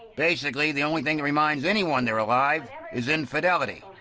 basically, the only thing that reminds anyone they're alive is infidelity.